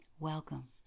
Welcome